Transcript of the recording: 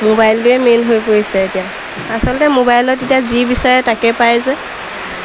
মোবাইলটোৱে মেইন হৈ পৰিছে এতিয়া আচলতে মোবাইলত এতিয়া যি বিচাৰে তাকে পায় যে